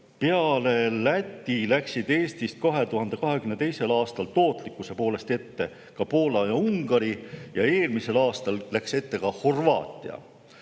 Peale Läti läksid Eestist 2022. aastal tootlikkuse poolest ette ka Poola ja Ungari, eelmisel aastal läks ette ka Horvaatia.